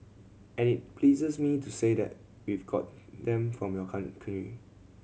and it pleases me to say that we've got them from your country